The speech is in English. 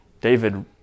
David